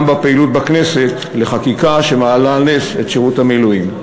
בפעילות בכנסת לחקיקה שמעלה על נס את שירות המילואים.